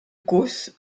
causse